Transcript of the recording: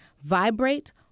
Vibrate